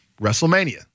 WrestleMania